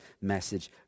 message